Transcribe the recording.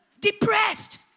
Depressed